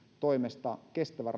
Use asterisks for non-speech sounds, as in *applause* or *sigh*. toimesta kestävä *unintelligible*